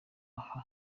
aha